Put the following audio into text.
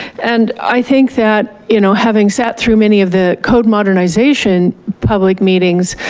and i think that you know having sat through many of the code modernization public meetings,